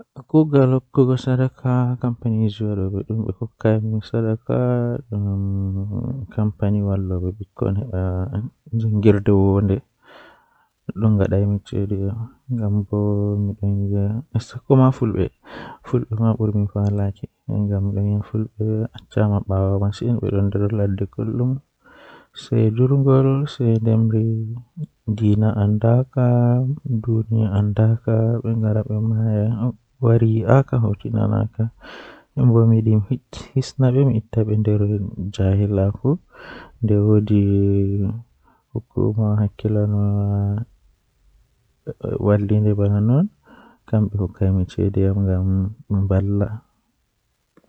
Kubaru ko salli jei ɓuri dasugo hakkiilo am Miɗo yiɗi e joomi ɗiɗi ko Nelson Mandela. O waɗi goɗɗum sabu o waɗi saama ngam ɗeɗɗi leydi maɓɓe e hoore. Miɗo yiɗi ko o jokkude yimɓe e jokkondirɗe sabu o heɓi kaɗi no hokkude yimbi. O waɗi faama sabu o hokkude sabuɗi leydi ngal fiɗɗinde leydi maɓɓe, jeyɗi ko goɗɗum